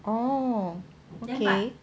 orh okay